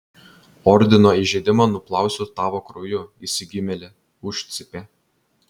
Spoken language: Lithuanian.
ordino įžeidimą nuplausiu tavo krauju išsigimėli užcypė